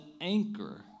anchor